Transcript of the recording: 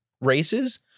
races